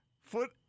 Foot